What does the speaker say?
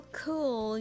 cool